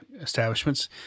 Establishments